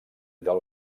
del